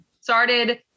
started